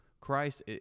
Christ